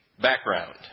background